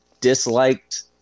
disliked